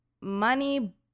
Money